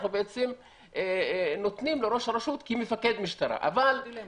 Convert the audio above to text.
אנחנו בעצם נותנים לראש הרשות כמפקד משטרה --- אני מסכימה.